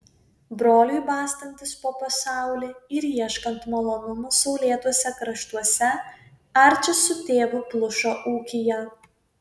broliui bastantis po pasaulį ir ieškant malonumų saulėtuose kraštuose arčis su tėvu plušo ūkyje